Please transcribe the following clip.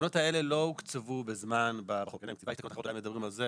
התקנות האלה לא הוקצבו בזמן על ידי החוק,